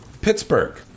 Pittsburgh